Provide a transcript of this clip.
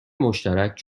مشترک